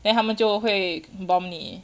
then 他们就会 bomb 你